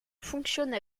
fonctionne